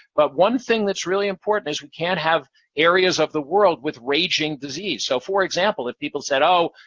but one thing that's really important is we can't have areas of the world with raging disease. so for example, if people said, oh,